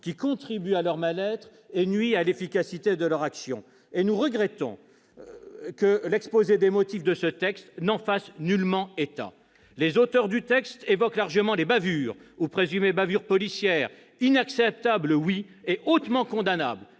qui contribue à leur mal-être et nuit à l'efficacité de leur action. Nous regrettons que l'exposé des motifs de ce texte n'en fasse pas état. Les auteurs de cette proposition de loi évoquent largement les bavures- ou présumées bavures -policières, inacceptables, oui, et hautement condamnables